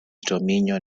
dominion